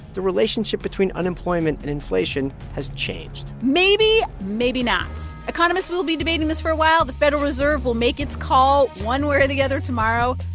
the relationship between unemployment and inflation has changed maybe, maybe not. economists will be debating this for a while. the federal reserve will make its call one way or the other tomorrow.